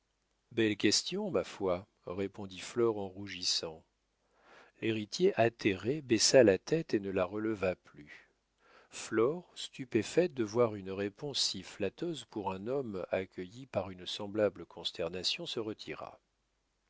belle question ma foi répondit flore en rougissant l'héritier atterré baissa la tête et ne la releva plus flore stupéfaite de voir une réponse si flatteuse pour un homme accueillie par une semblable consternation se retira